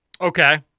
Okay